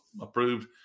approved